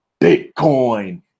Bitcoin